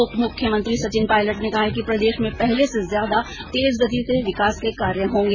उप मुख्यमंत्री सचिन पायलट ने कहा है कि प्रदेश में पहले से ज्यादा तेज गति से विकास के कार्य होंगे